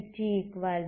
ஆகவே vtaut